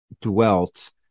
dwelt